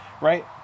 Right